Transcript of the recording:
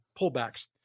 pullbacks